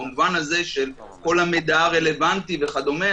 במובן הזה שכל המידע הרלוונטי וכדומה,